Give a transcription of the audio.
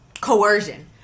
coercion